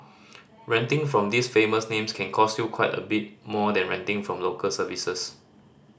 renting from these famous names can cost you quite a bit more than renting from local services